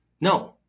No